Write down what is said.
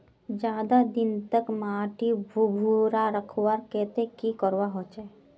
ज्यादा दिन तक माटी भुर्भुरा रखवार केते की करवा होचए?